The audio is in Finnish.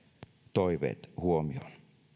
toiveet huomioon